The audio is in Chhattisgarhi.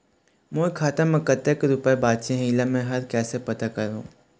मोर खाता म कतक रुपया बांचे हे, इला मैं हर कैसे पता करों?